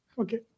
Okay